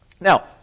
Now